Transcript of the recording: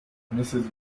mrs